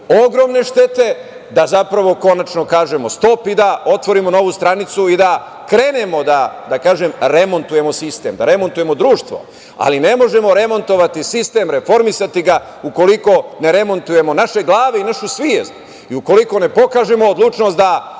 ogromne štete, da zapravo konačno kažemo stop, da otvorimo novu stranicu i da krenemo da remontujemo sistem, da remontujemo društvo. Ali, ne možemo remontovati sistem, reformisati ga, ukoliko ne remontujemo naše glave i našu svest i ukoliko ne pokažemo odlučnost da